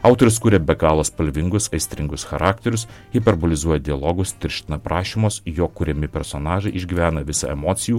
autorius kuria be galo spalvingus aistringus charakterius hiperbolizuoja dialogus tirština aprašymus jo kuriami personažai išgyvena visą emocijų